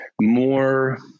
more